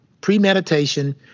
Premeditation